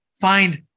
find